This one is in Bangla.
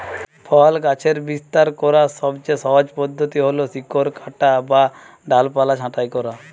ফল গাছের বিস্তার করার সবচেয়ে সহজ পদ্ধতি হল শিকড় কাটা বা ডালপালা ছাঁটাই করা